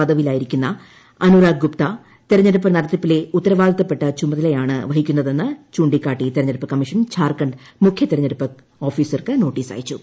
പദവിയിലിരിക്കുന്ന അനുരാഗ് ഗുപ്ത തെരഞ്ഞെടുപ്പ് നടത്തിപ്പിലെ ഉത്തരവാദിത്തപ്പെട്ട ചുമതലയാണ് വഹിക്കുന്നതെന്ന് ചൂണ്ടിക്കാട്ടി തെരഞ്ഞെടുപ്പ് കമ്മീഷൻ ഝാർഖണ്ഡ് മുഖ്യതെരഞ്ഞെടുപ്പ് ഓഫീസർക്ക് നോട്ടീസയച്ചു